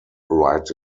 right